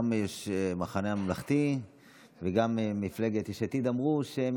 גם המחנה הממלכתי וגם מפלגת יש עתיד אמרו שהן